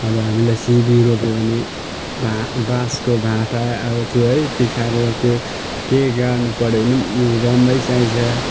अब हामीलाई सिमी रोप्यो भने भा बाँसको भाटा अब त्यो है तिखाररे त्यो केही गाड्नु पऱ्यो भने पनि रम्भै चाहिन्छ